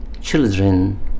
children